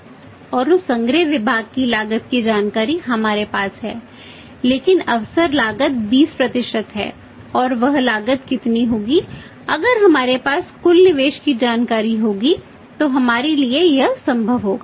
और उस संग्रह विभाग की लागत की जानकारी हमारे पास है लेकिन अवसर लागत 20 है और वह लागत कितनी होगी अगर हमारे पास कुल निवेश की जानकारी होगी तो हमारे लिए यह संभव होगा